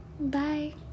Bye